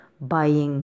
buying